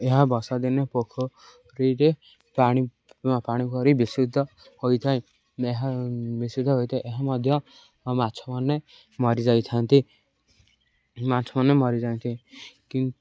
ଏହା ବର୍ଷାଦିନେ ପୋଖରୀରେ ପାଣି ପାଣି ବିଶୁଦ୍ଧ ହୋଇଥାଏ ଏହା ବିଶୁଦ୍ଧ ହୋଇଥାଏ ଏହା ମଧ୍ୟ ମାଛମାନେ ମରିଯାଇଥାନ୍ତି ମାଛମାନେ ମରିଯାଆନ୍ତି କି